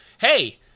Hey